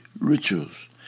rituals